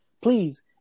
please